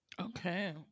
Okay